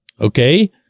okay